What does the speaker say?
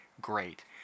Great